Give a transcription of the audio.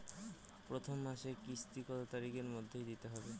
প্রথম মাসের কিস্তি কত তারিখের মধ্যেই দিতে হবে?